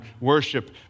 worship